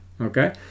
okay